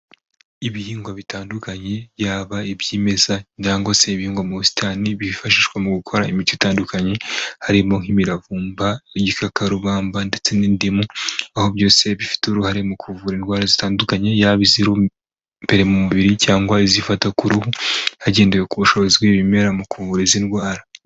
Ibihingwa bitandukanye byaba ibyimeza cyangwa se ibihigwa mu busitani, byifashishwa mu gukora imiti itandukanye harimo nk'imiravumba, igikakarubamba ndetse n'indimu. Aho byose bifite uruhare mu kuvura indwara zitandukanye, yaba iziri imbere mu mubiri cyangwa izifata ku ruhu, hagendewe ku bushobozi bw'ibimera mu kuvura izi ndwara.